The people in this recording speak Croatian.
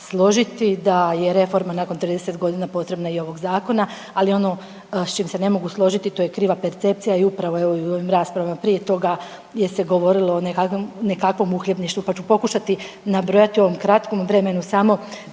složiti da je reforma nakon 30 godina potreba i ovog zakona, ali ono s čim se ne mogu složiti to je kriva percepcija i upravo evo i u ovim raspravama prije toga gdje se govorilo o nekakvom uhljebništvu, pa ću pokušati nabrojati u ovom kratkom vremenu samo